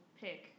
pick